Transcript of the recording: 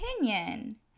opinion